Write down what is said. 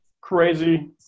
crazy